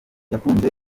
yakunze